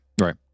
Right